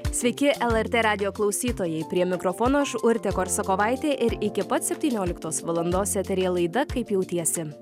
sveiki lrt radijo klausytojai prie mikrofono aš urtė korsakovaitė ir iki pat septynioliktos valandos eteryje laida kaip jautiesi